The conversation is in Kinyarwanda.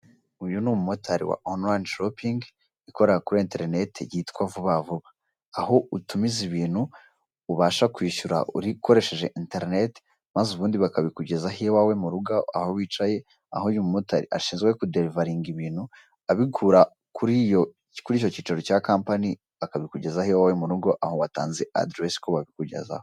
Uyu ni umumotari wa onurayoni shopingi, ikorera kuri enterineti, yitwa vuba vuba, aho utumiza ibintu ubasha kwishyura ukuresheje enterineti maze ubundi bakabikugezaho iwawe murugo aho wicaye ,aho uyu mumotari ashinzwe kuderivaringa ibintu abikura kukicaro cya kampani akabikugezaho iwawe murugo aho watanze aderesi ko babikugezaho.